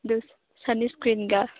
ꯑꯗꯨ ꯁꯟ ꯁ꯭ꯀꯔꯤꯟꯒ